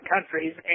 countries